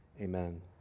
Amen